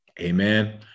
Amen